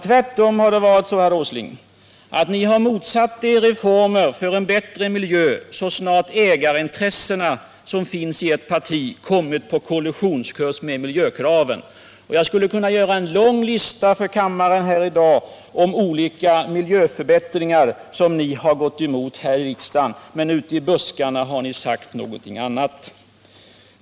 Tvärtom har det varit så, herr Åsling, att ni har motsatt er reformer för en bättre miljö så snart ägarintressena som finns i ert parti kommit på kollisionskurs med miljökraven. Jag skulle kunna göra en lång lista för kammaren i dag om olika miljö förbättringar som ni har gått emot här i riksdagen. Men ute i buskarna har ni sagt någonting annat.